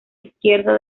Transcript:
izquierda